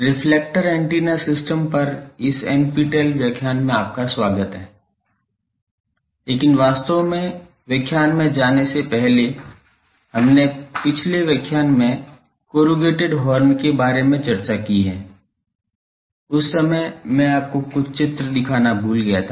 reflector antenna system पर इस NPTEL व्याख्यान में आपका स्वागत है लेकिन वास्तव में व्याख्यान में जाने से पहले हमने पिछले व्याख्यान में कोरूगेटेड हॉर्न के बारे में चर्चा की है उस समय मैं आपको कुछ चित्र दिखाना भूल गया था